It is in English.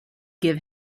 give